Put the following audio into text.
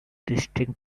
distinct